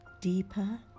deeper